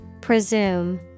Presume